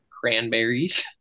cranberries